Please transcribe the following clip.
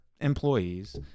employees